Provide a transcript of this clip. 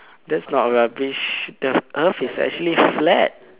that's not rubbish the earth is actually flat